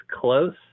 close